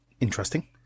interesting